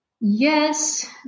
Yes